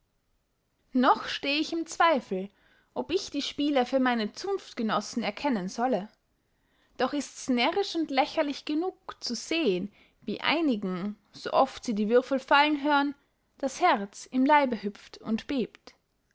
noch steh ich im zweifel ob ich die spieler für meine zunftgenossen erkennen solle doch ists närrisch und lächerlich genug zu sehen wie einigen so oft sie die würfel fallen hören das herz im leibe hüpft und bebt